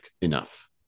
enough